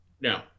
no